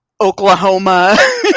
Oklahoma